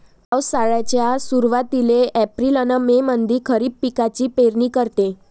पावसाळ्याच्या सुरुवातीले एप्रिल अन मे मंधी खरीप पिकाची पेरनी करते